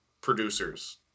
producers –